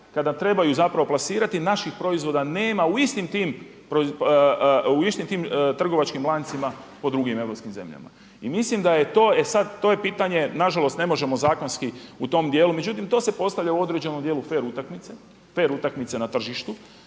kada trebaju plasirati naših proizvoda nema u istim tim trgovačkim lancima po drugim europskim zemljama. E sada to je pitanje, nažalost ne možemo zakonski u tom dijelu, međutim to se postavlja u određenom dijelu fer utakmice, fer utakmice na tržištu